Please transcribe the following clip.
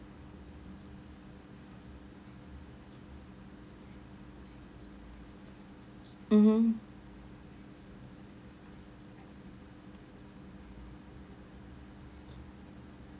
mmhmm